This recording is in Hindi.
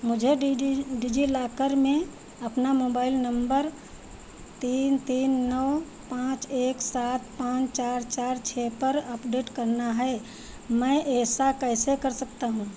मुझे डिजिलाकर में अपना मोबाइल नम्बर तीन तीन नौ पाँच एक सात पान चार चार छः पर अपडेट करना है मैं ऐसा कैसे कर सकता हूँ